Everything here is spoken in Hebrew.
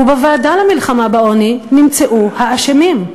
ובוועדה למלחמה בעוני נמצאו האשמים.